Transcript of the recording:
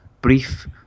brief